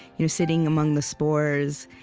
you know sitting among the spores,